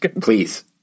Please